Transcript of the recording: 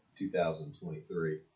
2023